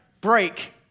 Break